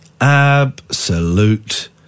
Absolute